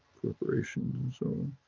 corporations and so on,